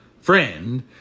friend